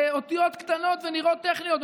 זה אותיות קטנות ונראות טכניות,